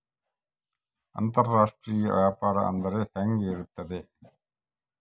ಅಂತರಾಷ್ಟ್ರೇಯ ವ್ಯಾಪಾರ ಅಂದರೆ ಹೆಂಗೆ ಇರುತ್ತದೆ?